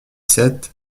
sept